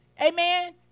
Amen